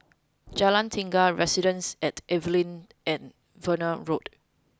Jalan Tiga Residences at Evelyn and Verde Road